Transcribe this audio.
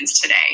Today